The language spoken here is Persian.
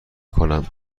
کنم